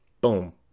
boom